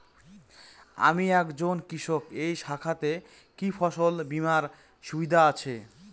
আমি একজন কৃষক এই শাখাতে কি ফসল বীমার সুবিধা আছে?